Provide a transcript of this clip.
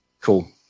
Cool